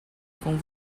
com